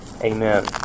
Amen